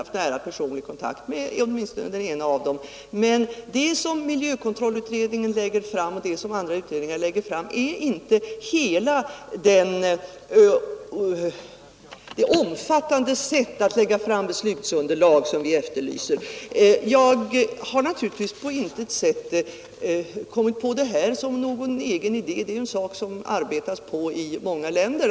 haft nära personlig kontakt med åtminstone den ena av dem — men det som miljökontrollutredningen och andra utredningar lägger fram är inte det omfattande beslutsunderlag som vi efterlyser. Jag har naturligtvis på intet sätt kommit på det här som någon egen idé — man arbetar på denna sak i många länder.